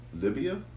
Libya